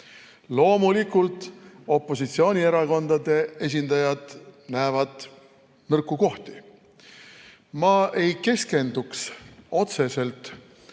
Loomulikult opositsioonierakondade esindajad näevad nõrku kohti. Ma ei keskenduks otseselt